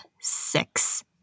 six